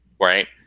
right